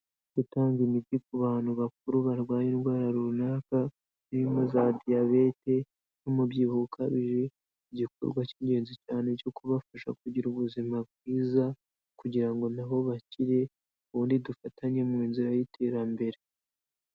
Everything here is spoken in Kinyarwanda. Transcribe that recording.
Gutanga imitiwi ku bantu bakuru barwaye indwara runaka zirimo za diyabete n'umubyibuho ukabije, ni igikorwa cy'ingenzi cyane cyo kubafasha kugira ubuzima bwiza kugirango nabo bakire ubundi dufatanye mu nzira y'iterambere.